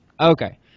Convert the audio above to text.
Okay